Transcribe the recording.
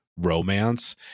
romance